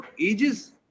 ages